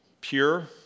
Pure